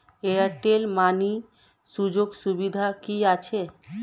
Airtel money সুযোগ সুবিধা কি আছে?